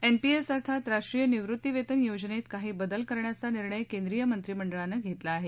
NPS अर्थात राष्ट्रीय निवृत्तीवेतन योजनेत काही बदल करण्याचा निर्णय केंद्रिय मंत्रीमंडळानं घेतला आहे